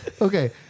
Okay